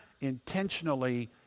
intentionally